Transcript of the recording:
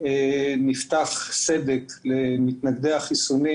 נפתח סדק למתנגדי החיסונים,